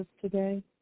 today